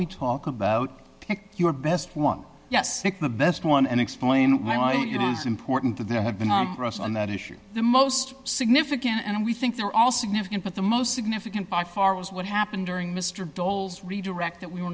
talk about pick your best one yes the best one and explain why it is important that there have been for us on that issue the most significant and we think they're all significant but the most significant by far was what happened during mr dole's redirect that we were